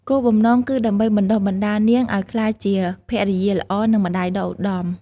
គោលបំណងគឺដើម្បីបណ្តុះបណ្តាលនាងឱ្យក្លាយជា ភរិយាល្អ និង ម្តាយដ៏ឧត្តម។